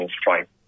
strike